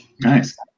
nice